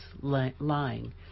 lying